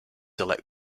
elect